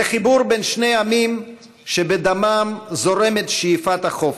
זה חיבור בין שני עמים שבדמם זורמת שאיפת החופש,